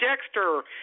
Dexter